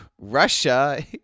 Russia